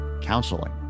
counseling